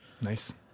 Nice